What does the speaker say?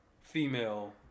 female